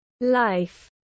Life